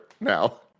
now